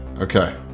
Okay